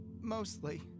Mostly